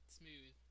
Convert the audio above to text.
smooth